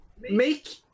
make